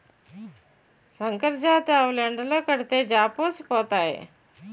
సంకరజాతి ఆవులు ఎండలో కడితే జాపోసిపోతాయి